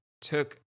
took